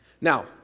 Now